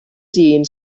dyn